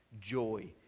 joy